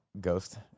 ghost